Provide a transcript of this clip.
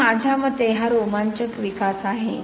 तर माझ्या मते हा रोमांचक विकास आहे